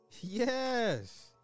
yes